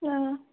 ꯑꯪ